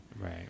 Right